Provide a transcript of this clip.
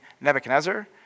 Nebuchadnezzar